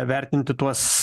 vertinti tuos